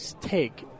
take